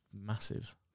massive